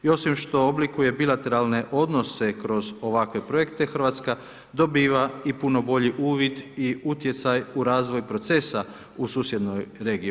I osim što oblikuje bilateralne odnose kroz ovakve projekte, RH dobiva i puno bolji uvid i utjecaj u razvoju procesa u susjednoj regiji.